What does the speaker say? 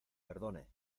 perdone